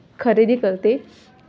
खरेदी करते